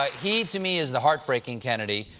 he, to me, is the heartbreak. and kennedy,